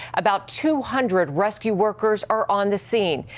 about two hundred rescue workers are on the scene.